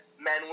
men